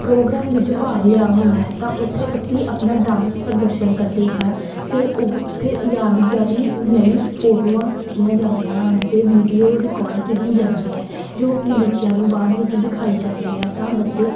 programme ਵਿੱਚ ਭਾਗ ਲਿਆ ਹੁੰਦਾ ਹੈ ਤਾਂ ਉੱਥੇ ਅਸੀਂ ਆਪਣਾ ਡਾਂਸ ਪ੍ਰਦਰਸ਼ਨ ਕਰਦੇ ਹਾਂ ਅਤੇ ਓ ਉੱਥੇ ਯਾਦਗਾਰੀ ਲਈ ਫੋਟੋਆਂ ਖਿੱਚੀਆਂ ਜਾਂਦੀਆਂ ਹਨ ਅਤੇ ਵੀਡੀਓ ਰਿਕਾਰਡ ਕੀਤੀ ਜਾਂਦੀ ਹੈ ਜੋ ਕਿ ਬੱਚਿਆਂ ਨੂੰ ਬਾਅਦ ਵਿੱਚ ਦਿਖਾਈ ਜਾਂਦੀ ਹੈ ਤਾਂ ਬੱਚੇ